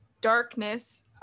darkness